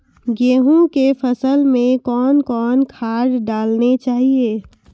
गेहूँ के फसल मे कौन कौन खाद डालने चाहिए?